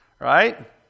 right